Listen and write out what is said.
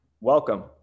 Welcome